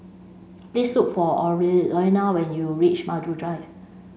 please look for Orlena when you reach Maju Drive